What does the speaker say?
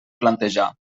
plantejar